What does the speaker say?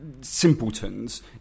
Simpletons